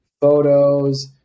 photos